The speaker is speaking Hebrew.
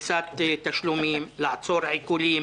פריסת תשלומים, לעצור עיקולים.